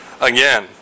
again